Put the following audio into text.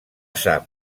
sap